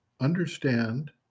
understand